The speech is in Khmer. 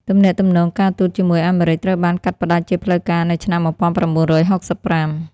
ទំនាក់ទំនងការទូតជាមួយអាមេរិកត្រូវបានកាត់ផ្តាច់ជាផ្លូវការនៅឆ្នាំ ១៩៦៥។